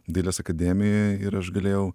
dailės akademijoj ir aš galėjau